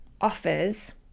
offers